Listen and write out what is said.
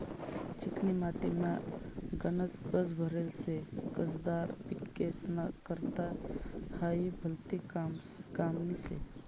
चिकनी मातीमा गनज कस भरेल शे, कसदार पिकेस्ना करता हायी भलती कामनी शे